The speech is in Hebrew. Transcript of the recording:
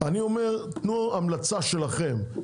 --- אני אומר: תנו לוולחו"ף המלצה שלכם,